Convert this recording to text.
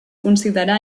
considerà